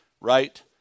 right